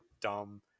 dumb